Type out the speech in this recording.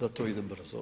da to ide brzo.